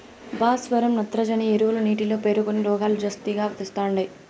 భాస్వరం నత్రజని ఎరువులు నీటిలో పేరుకొని రోగాలు జాస్తిగా తెస్తండాయి